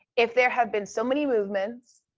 if there have been so many movements,